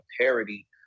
parody